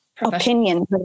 opinion